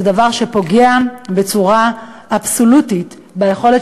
זה דבר שפוגע בצורה אבסולוטית ביכולת